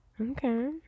Okay